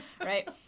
right